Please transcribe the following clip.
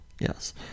yes